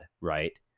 right